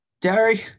Derry